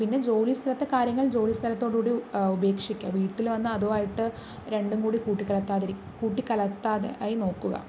പിന്നെ ജോലിസ്ഥലത്തെ കാര്യങ്ങള് ജോലിസ്ഥലത്തോടുകൂടി ഉപേക്ഷിക്കുക വീട്ടിൽ വന്നാൽ അതുമായിട്ട് രണ്ടും കൂടി കൂട്ടി കലര്ത്താതിരി കൂട്ടിക്കലര്ത്താതെ ആയി നോക്കുക